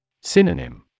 Synonym